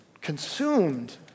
consumed